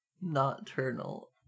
Nocturnal